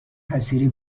حصیری